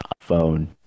phone